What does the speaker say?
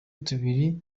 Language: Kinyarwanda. tubiri